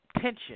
tension